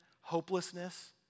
hopelessness